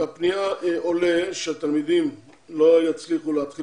מהפניה עולה שהתלמידים לא יצליחו להתחיל